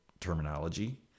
terminology